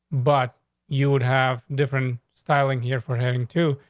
but you would have different styling here for having to.